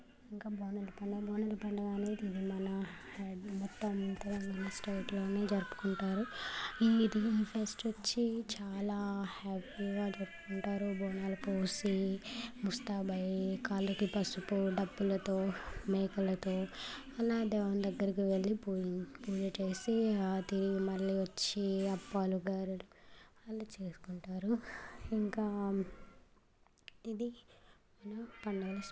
ఇంకా బోనాలు పండుగ బోనాలు పండగ అనేది ఇది మన మొత్తం స్టేట్లో జరుపుకుంటారు ఇది ఈ ఫెస్ట్ వచ్చి చాలా హ్యాపీగా ఉంటారు బోనాలు పోసి ముస్తాబు అయి కాళ్ళకు పసుపు డబ్బులతో మేకలతో అలా దేవుడి దగ్గరకి వెళ్ళి పూజ పూజ చేసి తిరిగి వచ్చి అప్పాలు గారెలు వాళ్ళు చేసుకుంటారు ఇంకా ఇది మన పండుగ స్పె